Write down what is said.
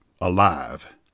alive